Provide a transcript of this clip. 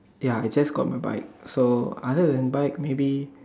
ya I just got my bike so other than bike maybe